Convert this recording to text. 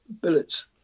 billets